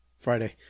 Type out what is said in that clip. Friday